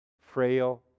frail